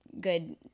good